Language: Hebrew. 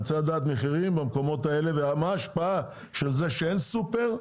אני רוצה לדעת מחירים במקומות האלה ומה ההשפעה של זה שאין סופר.